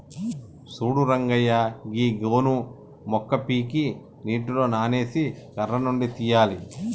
సూడు రంగయ్య గీ గోను మొక్క పీకి నీటిలో నానేసి కర్ర నుండి తీయాలి